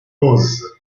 rose